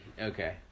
okay